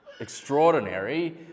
extraordinary